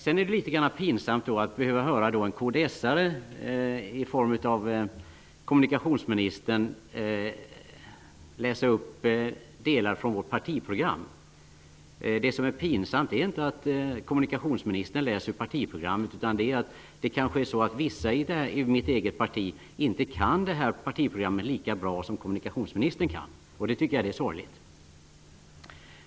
Det är litet pinsamt att behöva höra en kds:are, i egenskap av kommunikationsministern, läsa upp delar av vårt partiprogram. Det som är pinsamt är inte att kommunikationsministern läser ur partiprogrammet, utan att vissa i mitt eget parti kanske inte kan det här partiprogrammet lika bra som kommunikationsministern. Det tycker jag är sorgligt.